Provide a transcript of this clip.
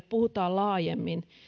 puhutaan laajemmin